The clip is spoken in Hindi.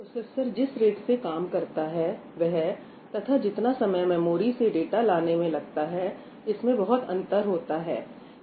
प्रोसेसर जिस रेट से काम करता है वह तथा जितना समय मेमोरी से डाटा लाने में लगता है इस में बहुत अंतर होता है